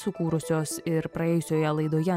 sukūrusios ir praėjusioje laidoje